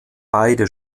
beide